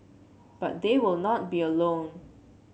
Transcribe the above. but they will not be alone